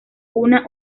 una